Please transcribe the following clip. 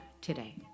today